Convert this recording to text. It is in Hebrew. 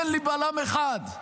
תן לי בלם אחד.